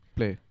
Play